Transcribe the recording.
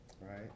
right